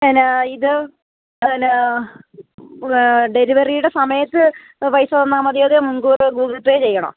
പിന്നെ ഇത് പിന്നെ ഡെലിവെറിയുടെ സമയത്ത് പൈസ തന്നാല് മതിയോ അതോ മുൻകൂറ് ഗൂഗിൾ പേ ചെയ്യണമോ